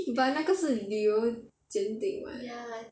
but 那个是旅游间定 [what]